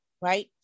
right